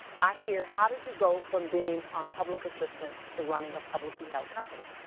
i hear, how did you go from being on public assistance to running a publicly-held company?